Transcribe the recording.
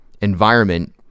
environment